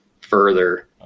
further